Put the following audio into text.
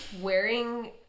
wearing